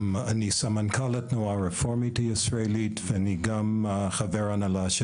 אני סמנכ"ל התנועה הרפורמית הישראלית וגם חבר הנהלה של